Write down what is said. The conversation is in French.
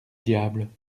diable